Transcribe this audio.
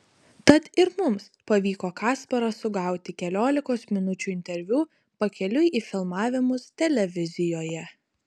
tad ir mums pavyko kasparą sugauti keliolikos minučių interviu pakeliui į filmavimus televizijoje